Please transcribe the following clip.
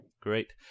Great